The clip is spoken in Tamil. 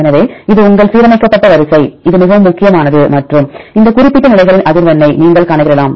எனவே இது உங்கள் சீரமைக்கப்பட்ட வரிசை இது மிகவும் முக்கியமானது மற்றும் அந்த குறிப்பிட்ட நிலைகளின் அதிர்வெண்ணை நீங்கள் கணக்கிடலாம்